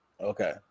Okay